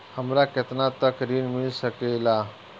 हमरा केतना तक ऋण मिल सके ला?